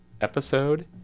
episode